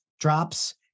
drops